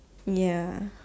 ya